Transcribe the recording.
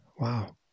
Wow